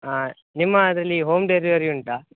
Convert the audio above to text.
ಹಾಂ ನಿಮ್ಮ ಅದರಲ್ಲಿ ಹೋಮ್ ಡೆಲಿವರಿ ಉಂಟಾ